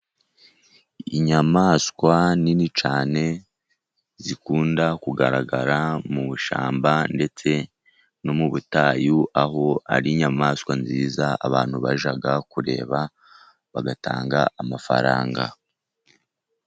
Inyamaswa nini cyane zikunda kugaragara mu ishyamba ndetse no mu butayu aho ari inyamaswa nziza abantu bajya kureba bagatanga amafaranga.